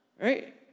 right